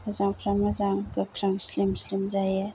मोजांफ्रा मोजां गोख्रों slim slim जायो